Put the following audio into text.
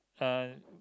uh